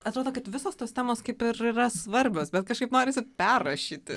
atrodo kad visos tos temos kaip ir yra svarbios bet kažkaip norisi perrašyti